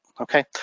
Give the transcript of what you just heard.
Okay